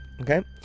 Okay